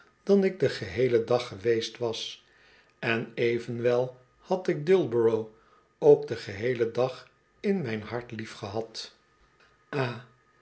dan ik den geheelen dag geweest was en evenwel had ik d uil borough ook den geheelen dag in mijn hart liefgehad